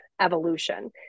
evolution